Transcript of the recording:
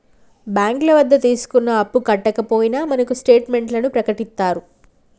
బ్యాంకుల వద్ద తీసుకున్న అప్పు కట్టకపోయినా మనకు స్టేట్ మెంట్లను ప్రకటిత్తారు